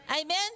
amen